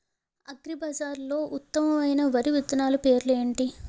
అగ్రిబజార్లో ఉత్తమమైన వరి విత్తనాలు పేర్లు ఏంటి?